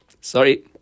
Sorry